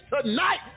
tonight